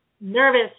nervous